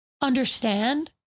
understand